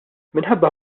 minħabba